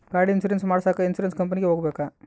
ಗಾಡಿ ಇನ್ಸುರೆನ್ಸ್ ಮಾಡಸಾಕ ಇನ್ಸುರೆನ್ಸ್ ಕಂಪನಿಗೆ ಹೋಗಬೇಕಾ?